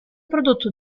prodotto